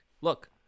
look